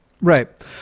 Right